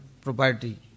property